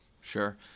Sure